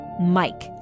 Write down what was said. Mike